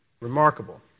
Remarkable